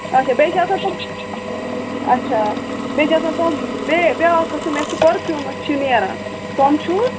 اَچھا بیٚیہِ چھِ آسان تِم اَچھا بیٚیہِ چھا آسان تِم بےٚ بیٛاکھ قٔسٕم یَتھ یہِ پٔرفوٗم حظ چھُ نیران تِم چھِوٕ